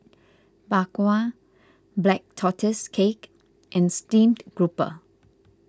Bak Kwa Black Tortoise Cake and Steamed Grouper